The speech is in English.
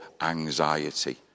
anxiety